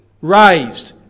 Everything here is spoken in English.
raised